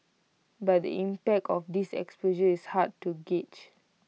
but the impact of this expose is hard to gauge